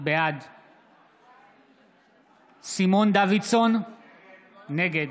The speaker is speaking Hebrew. בעד סימון דוידסון, נגד